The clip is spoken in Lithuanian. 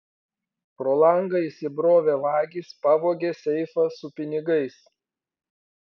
pro langą įsibrovę vagys pavogė seifą su pinigais